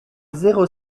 zéro